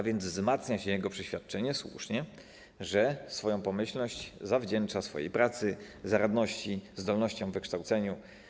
Wtedy wzmacnia się jego przeświadczenie, i słusznie, że swoją pomyślność zawdzięcza swojej pracy, zaradności, zdolnościom, wykształceniu.